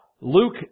Luke